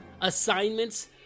assignments